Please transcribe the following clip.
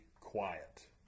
quiet